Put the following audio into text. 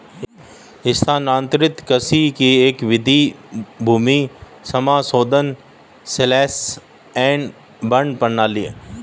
स्थानांतरित कृषि की एक विधि भूमि समाशोधन स्लैश एंड बर्न प्रणाली है